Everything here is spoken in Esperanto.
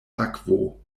akvo